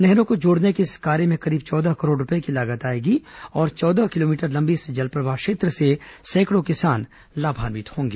नहरों को जोड़ने के इस कार्य में करीब चौदह करोड़ रूपये की लागत आएगी और चौदह किलोमीटर लंबी इस जलप्रवाह क्षेत्र से सैकड़ों किसान लाभान्वित होंगे